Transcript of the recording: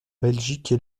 belgique